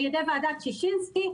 על-ידי ועדת ששינסקי,